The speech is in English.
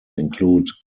include